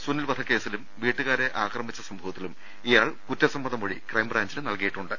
സുനിൽ വധക്കേസിലും വീട്ടുകാരെ ആക്രമിച്ച സംഭ വത്തിലും ഇയാൾ കുറ്റസമ്മത മൊഴി ക്രൈംബ്രാഞ്ചിന് നൽകിയിട്ടുണ്ട്